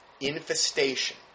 infestation